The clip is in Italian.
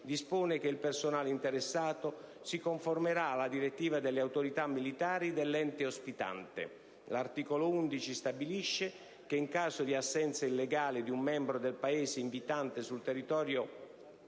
dispone che il personale interessato si conformerà alle direttive delle autorità militari dell'ente ospitante. L'articolo 11 stabilisce che, in caso di assenza illegale di un membro del Paese inviante sul territorio